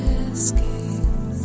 escape